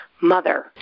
mother